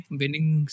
winning